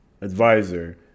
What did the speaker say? advisor